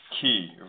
key